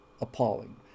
appalling